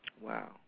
Wow